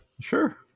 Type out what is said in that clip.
sure